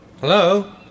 Hello